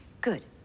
Good